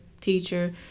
teacher